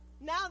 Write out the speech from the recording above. now